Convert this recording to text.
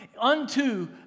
unto